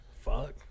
Fuck